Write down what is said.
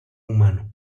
humano